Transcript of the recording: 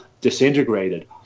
disintegrated